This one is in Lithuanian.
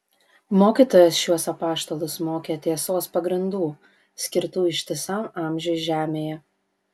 mokytojas šiuos apaštalus mokė tiesos pagrindų skirtų ištisam amžiui žemėje